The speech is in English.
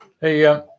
Hey